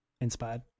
inspired